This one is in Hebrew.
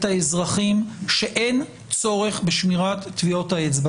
האזרחים שאין צורך בשמירת טביעות האצבע,